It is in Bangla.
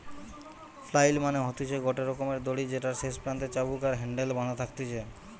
ফ্লাইল মানে হতিছে গটে রকমের দড়ি যেটার শেষ প্রান্তে চাবুক আর হ্যান্ডেল বাধা থাকতিছে